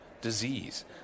Disease